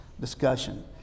discussion